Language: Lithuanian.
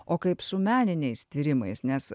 o kaip su meniniais tyrimais nes